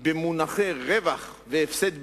במונחי רווח והפסד בלבד,